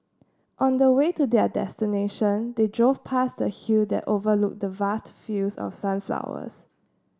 on the way to their destination they drove past a hill that overlooked vast fields of sunflowers